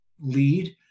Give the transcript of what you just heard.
lead